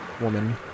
woman